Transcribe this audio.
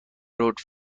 route